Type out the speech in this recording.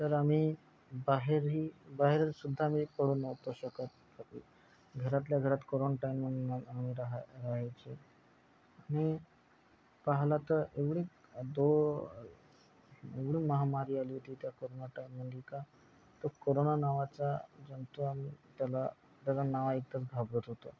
तर आम्ही बाहेरही बाहेरसुद्धा मी पडून नव्हतो शकत घरातल्या घरात कोरंटाईन आम्ही राहा राहायचे आम्ही पाहिला तर एवढी दो एवढी महामारी आली होती त्या कोरोना टाईममध्ये का तो कोरोना नावाचा जंतू आम्ही त्याला त्याचं नाव ऐकताच घाबरत होतो